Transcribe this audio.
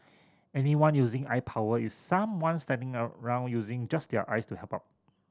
anyone using eye power is someone standing around using just their eyes to help out